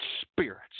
Spirits